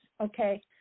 okay